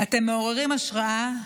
אתם מעוררים השראה,